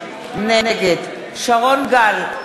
נגד שרון גל,